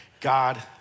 God